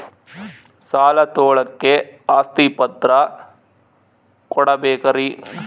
ಸಾಲ ತೋಳಕ್ಕೆ ಆಸ್ತಿ ಪತ್ರ ಕೊಡಬೇಕರಿ?